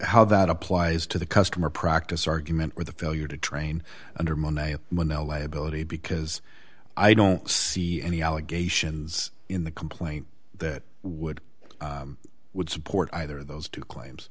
how that applies to the customer practice argument with the failure to train under monday when the liability because i don't see any allegations in the complaint that would would support either those two claims